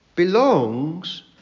belongs